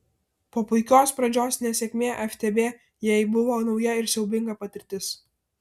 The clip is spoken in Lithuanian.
po puikios pradžios nesėkmė ftb jai buvo nauja ir siaubinga patirtis